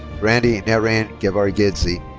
brandi nahrain givargidze.